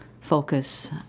focus